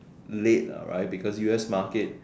late lah right because U_S market